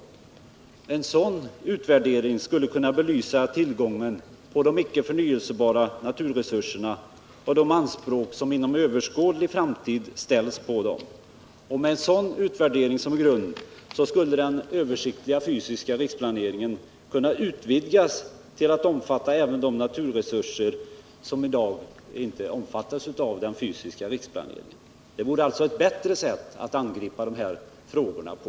En sådan utvärdering skulle kunna belysa tillgången till de icke förnyelsebara naturresurserna och de anspråk som inom överskådlig framtid ställs på dem. Med en sådan utvärdering som grund skulle den översiktliga fysiska riksplaneringen kunna utvidgas till att omfatta även de naturresurser som i dag inte omfattas av den fysiska riksplaneringen. Det vore alltså ett bättre sätt att angripa dessa frågor på.